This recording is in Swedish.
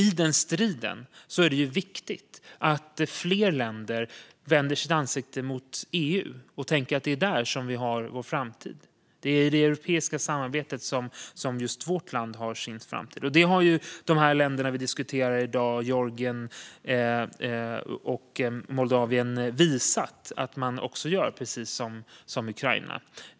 I den striden är det viktigt att fler länder vänder sitt ansikte mot det europeiska samarbetet och tänker att det är där som just de har sin framtid. Det har de länder vi i dag diskuterar - Georgien, Moldavien och Ukraina - visat att de gör.